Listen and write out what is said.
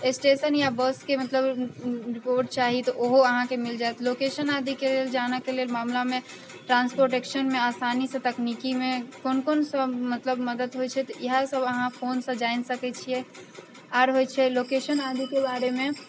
स्टेशनके या बसके मतलब रिपोर्ट चाही तऽ ओहो अहाँके मिल जाएत लोकेशन आदिके जानऽके लेल मामिलामे ट्रान्सपोर्ट सेक्शनमे आसानीसँ तकनीकीमे कोन कोन सब मतलब मदद होइ छै तऽ इएहसब अहाँ फोनसँ जानि सकै छिए आओर होइ छै लोकेशन आदिके बारेमे